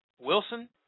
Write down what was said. Wilson